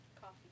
Coffee